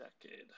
decade